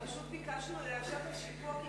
פשוט ביקשנו ליישר את השיפוע,